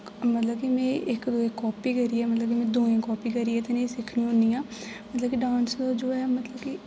मतलब कि में इक कापी करियै मतलब इ'यां दुऐ दी कापी करियै सिक्खनी होन्नी आं मतलब कि डांस जो ऐ मतलब कि